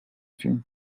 film